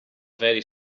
very